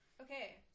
Okay